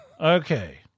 Okay